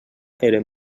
eren